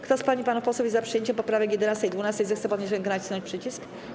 Kto z pań i panów posłów jest za przyjęciem poprawek 11. i 12., zechce podnieść rękę i nacisnąć przycisk.